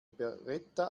beretta